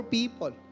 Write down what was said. people